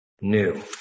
new